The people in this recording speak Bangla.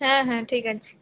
হ্যাঁ হ্যাঁ ঠিক আছে